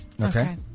Okay